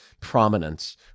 prominence